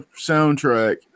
soundtrack